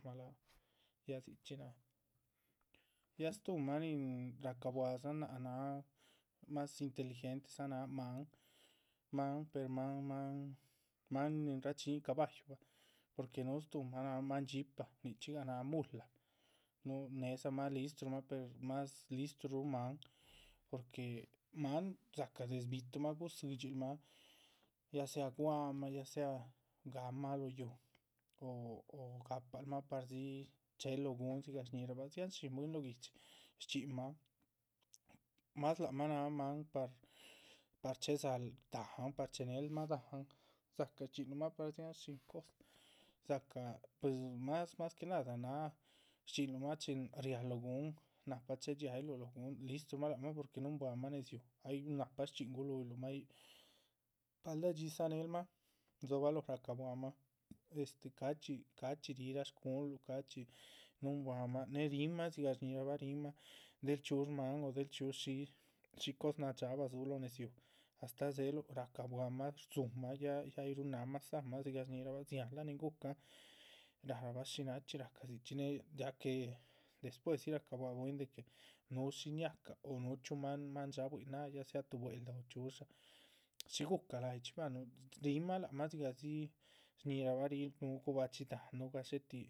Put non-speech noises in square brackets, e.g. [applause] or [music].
[unintelligible] ya dzichxí ya stuhmah nin racabuahadzan náac náh mas inteligentedza náh máan, máan pero máan máan nin rachiñíhinuh caballu bah, porque núhu stuhmah. náha máan dxípah nichxígah náha mula núh nédzamah listrumah per más listruru máan porque máan dzacah des bi´tuhumah gudzidxiluh mah, ya sea guamah ya sea. gáhanmah lóho yúuh o o gapalmah pardzi chehel lóho gun dzigah shñíhirabah dziahan shín, bwín lóho guihdxi shchxínmah mas lacmah náha máan par par chédzahal dahán. per chehenel mah dahán, dzacah guichxinluhmah par dziáhan shín cosa, dzácah pues mas que nada náha shchxínluh mah chin riáluh lóho gun, nahpa chéhe dxiáyiluh. lóho gun listumah lac mah porque núhunbuamah nédziu ay nahpa shchxín guhuluyilumah yíc, paldah dx+i dzanehelmah, rdzobalóho racabuahamah este cachxí cachxí riráh. shcuhunluh cachxí núhunbuamah néhe ríhinmah dzigah shñíhirabah ríhinmah del chxíush máan o de chxíush shísh cos na’ dxaaba dzúhu lóho nédziu astáh dzéluh. racabuahamah rdzúmah ya ay ruhu námah dzámah shñíhirabah dziánlah nin gu´cahan naharabah shí nachxí rahca dzichxí néhe ya que despuesyi rahca buaha. bwín de que núhu shí ñácah o núhu chxíu máhan dxaabuin náha ya sea tu bwel´da nadusha shí gu´ca láyichxí bah rihínmah lac mah dzigah dzi shñíhirabah ríh núhu. guba´dxi dahán núhu gadxétih.